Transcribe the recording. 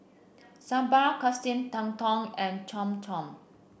Sambar Katsu Tendon and Cham Cham